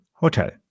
Hotel